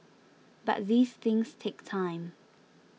but these things take time